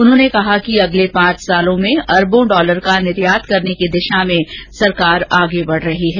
उन्होंने कहा कि सरकार अगले पांच वर्षों में अरबों डॉलर का निर्यात करने की दिशा में आगे बढ़ रही है